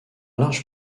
large